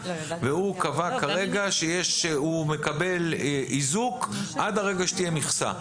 והוא קבע כרגע שהוא מקבל איזוק עד הרגע שתהיה מכסה.